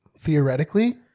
Theoretically